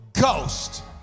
Ghost